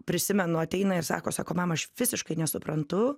prisimenu ateina ir sako sako mama aš visiškai nesuprantu